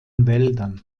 wäldern